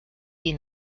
die